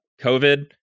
COVID